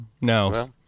No